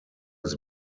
his